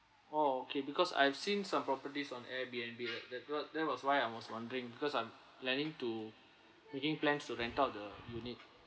oh okay because I've seen some properties on air B_N_B that wa~ that was why I was wondering because I'm planning to making plans to rent out the unit